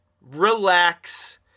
relax